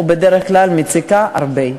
או בדרך כלל מציקה הרבה.